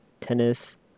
tennis